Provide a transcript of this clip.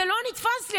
זה לא נתפס לי.